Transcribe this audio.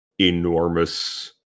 enormous